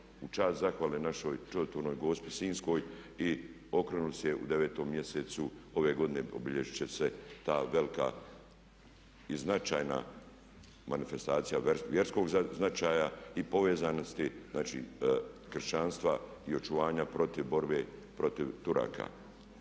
u čast zahvale našoj čudotvornoj gospi sinjskoj i okrunili su je u 9. mjesecu, ove godine obilježit će se ta velika i značajna manifestacija vjerskog značaja i povezanosti znači kršćanstva i očuvanja protiv borbe protiv Turaka.